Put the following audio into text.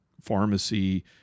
pharmacy